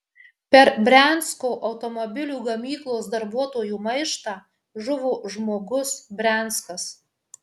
per briansko automobilių gamyklos darbuotojų maištą žuvo žmogus brianskas